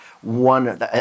one